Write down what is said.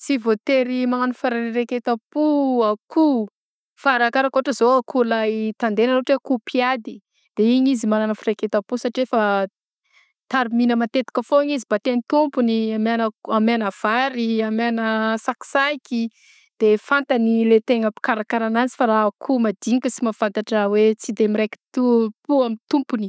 Tsy vaotery magnano fareketam-po akoho fa arakaraka ôhatra zao akoho lahy tandena ohatra akoho lahy mpiady de igny izy magnana fareketapo satri efa tarimina matetika foagnany izy batain'ny tompony ameana ameana vary ameana sakisaky de fantany ilay tegna mpikarakara anazy fa raha akoho madinika sy mafantatra hoe tsy de miraikim-to- po amin'ny tompony.